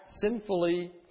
sinfully